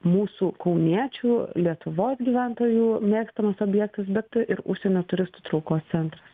mūsų kauniečių lietuvos gyventojų mėgstamas objektas bet ir užsienio turistų traukos centras